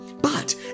But